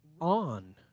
on